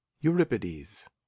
Euripides